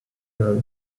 vivo